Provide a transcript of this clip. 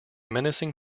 menacing